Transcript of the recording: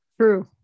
True